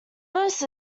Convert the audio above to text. most